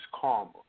karma